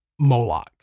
Moloch